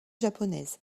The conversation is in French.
japonaise